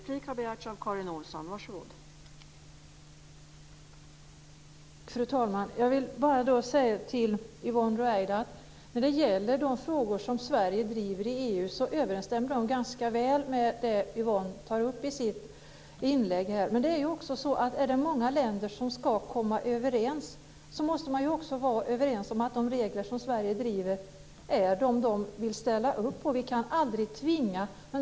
Fru talman! De frågor som Sverige driver i EU överensstämmer ganska väl med det som Yvonne Ruwaida har tagit upp i sitt inlägg här. Men om det är många länder som ska komma överens måste man ju också vara överens om att de regler som Sverige driver är de regler som man vill ställa upp på. Vi kan aldrig tvinga.